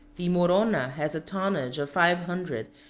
the morona has a tonnage of five hundred,